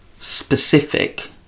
specific